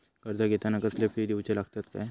कर्ज घेताना कसले फी दिऊचे लागतत काय?